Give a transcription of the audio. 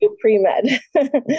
pre-med